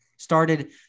Started